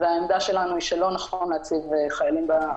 והעמדה שלנו היא שלא נכון להציב חיילים במצב הזה.